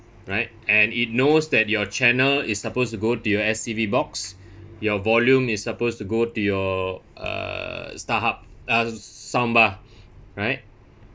right and it knows that your channel is supposed to go to your S_C_V box your volume is supposed to go to your uh Starhub uh s~ sound bar right